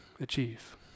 achieve